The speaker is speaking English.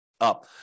Up